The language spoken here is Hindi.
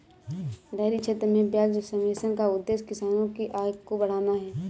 डेयरी क्षेत्र में ब्याज सब्वेंशन का उद्देश्य किसानों की आय को बढ़ाना है